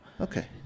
okay